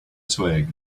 twig